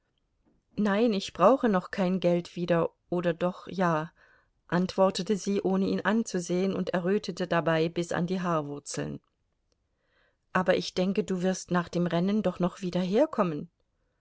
nein ich brauche noch kein geld wieder oder doch ja antwortete sie ohne ihn anzusehen und errötete dabei bis an die haarwurzeln aber ich denke du wirst nach dem rennen doch noch wieder herkommen